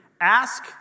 Ask